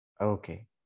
Okay